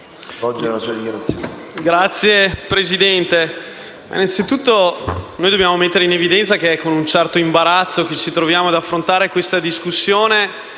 Signor Presidente, innanzitutto dobbiamo mettere in evidenza che è con un certo imbarazzo che ci troviamo ad affrontare questa discussione,